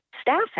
staffing